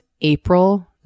April